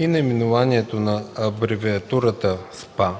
в наименованието си абревиатурата „СПА”,